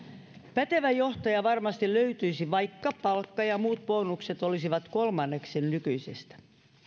pätevä johtaja varmasti löytyisi vaikka palkka ja muut bonukset olisivat kolmanneksen nykyisestä